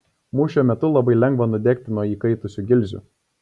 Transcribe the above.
mūšio metu labai lengva nudegti nuo įkaitusių gilzių